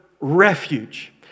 refuge